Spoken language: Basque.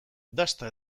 dasta